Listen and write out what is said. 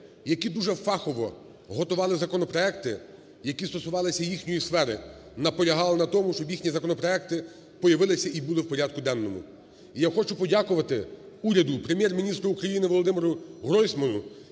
які дуже фахово готували законопроекти, які стосувалися їхньої сфери, наполягали на тому, щоб їхні законопроекти появилися і були в порядку денному. І я хочу подякувати уряду, Прем'єр-міністру України ВолодимируГройсману